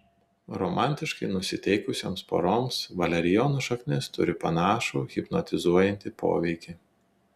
romantiškai nusiteikusioms poroms valerijono šaknis turi panašų hipnotizuojantį poveikį